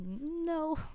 No